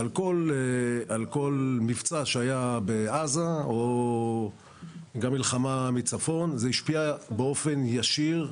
על כל מבצע שהיה בעזה או גם מלחמה בצפון - זה השפיע באופן ישיר,